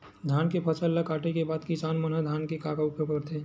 धान के फसल ला काटे के बाद किसान मन धान के का उपयोग करथे?